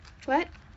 what